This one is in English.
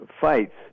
Fights